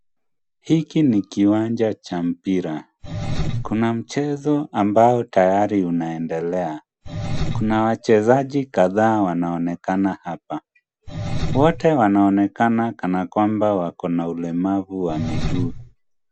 Hiki ni kiwanja cha mpira. Kuna mchezo ambao tayari unaendelea. Kuna wachezaji ambao wanaonekana hapa. Wote wanaokana kana kwamba wako na ulemavu wa miguu.